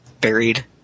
buried